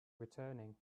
returning